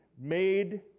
made